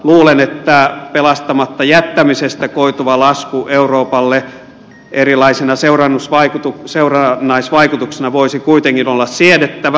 luulen että pelastamatta jättämisestä koituva lasku euroopalle erilaisina seurannaisvaikutuksina voisi kuitenkin olla siedettävä